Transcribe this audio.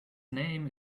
name